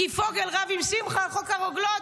כי פוגל רב עם שמחה על חוק הרוגלות.